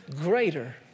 greater